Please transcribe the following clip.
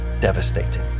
devastating